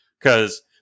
because-